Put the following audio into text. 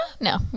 No